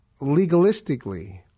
legalistically